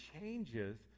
changes